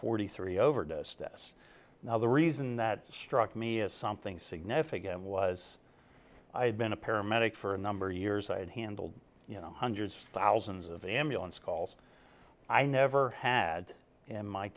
forty three over the status now the reason that struck me as something significant was i had been a paramedic for a number of years i had handled you know hundreds thousands of ambulance calls i never had in my